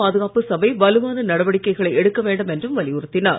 பாதுகாப்பு சபை வலுவான நடவடிக்கைகளை எடுக்க வேண்டும் என்றும் வலியுறுத்தினார்